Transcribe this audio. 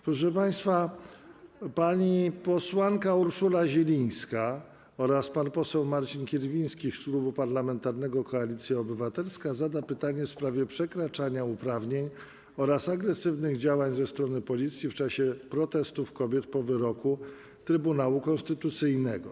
Proszę państwa, pani posłanka Urszula Zielińska oraz pan poseł Marcin Kierwiński z Klubu Parlamentarnego Koalicja Obywatelska zadadzą pytanie w sprawie przekraczania uprawnień oraz agresywnych działań ze strony Policji w czasie protestów kobiet po wyroku Trybunału Konstytucyjnego.